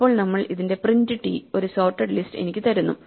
ഇപ്പോൾ നമ്മൾ ഇതിന്റെ പ്രിന്റ് ടി ഒരു സോർട്ടഡ് ലിസ്റ്റ് എനിക്ക് തരുന്നു